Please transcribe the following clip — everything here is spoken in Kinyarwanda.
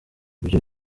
ibyo